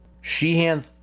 Sheehan